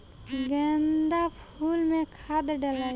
गेंदा फुल मे खाद डालाई?